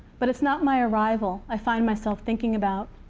but it's not my arrival i find myself thinking about,